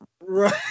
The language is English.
right